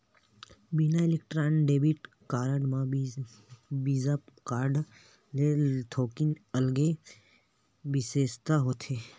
बिसा Electron debit card म Visa card ले थोकिन अलगे बिसेसता होथे